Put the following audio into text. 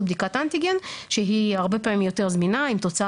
בדיקת אנטיגן שהיא הרבה פעמים יותר זמינה עם תוצאה